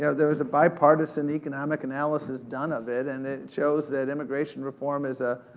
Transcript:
yeah there was a bipartisan economic analysis done of it, and it shows that immigration reform is a,